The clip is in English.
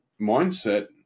mindset